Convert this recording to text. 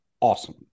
awesome